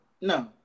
No